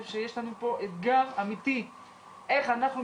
כשיש איזה שהוא יום שיא יש התכווננות